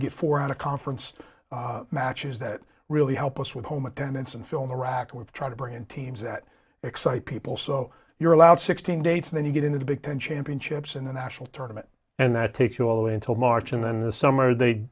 to get four out of conference matches that really help us with home attendance and fill in the rock we're trying to bring in teams that excite people so you're allowed sixteen dates and then you get into the big ten championships in a national tournament and that takes you away until march and then the summer they